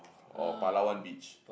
or Palawan beach